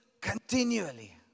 continually